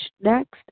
next